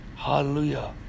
Hallelujah